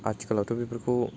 आथिखालावथ' बेफोरखौ